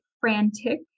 frantic